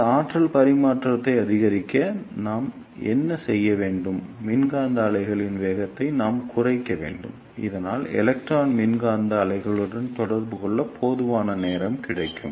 இந்த ஆற்றல் பரிமாற்றத்தை அதிகரிக்க நாம் என்ன செய்ய வேண்டும் மின்காந்த அலைகளின் வேகத்தை நாம் குறைக்க வேண்டும் இதனால் எலக்ட்ரான் மின்காந்த அலைகளுடன் தொடர்பு கொள்ள போதுமான நேரம் கிடைக்கும்